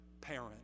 parent